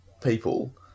people